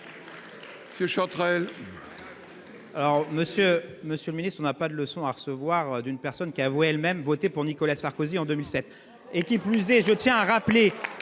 Monsieur le ministre, nous n'avons pas de leçon à recevoir d'une personne qui a avoué avoir voté pour Nicolas Sarkozy en 2007 ! Qui plus est, je tiens à rappeler